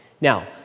Now